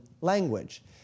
language